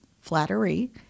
flattery